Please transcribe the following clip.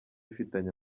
bifitanye